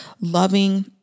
Loving